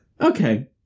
Okay